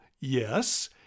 Yes